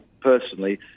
personally